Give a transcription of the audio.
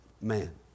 man